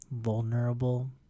vulnerable